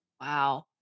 Wow